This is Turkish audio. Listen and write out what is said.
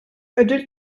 ödül